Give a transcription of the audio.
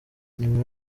nyuma